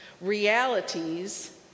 Realities